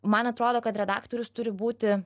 man atrodo kad redaktorius turi būti